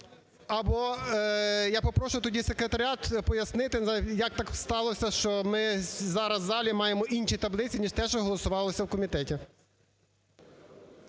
або я попрошу тоді секретаріат пояснити, як так сталося, що ми зараз в залі маємо інші таблиці, ніж те, що голосувалося в комітеті.